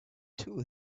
two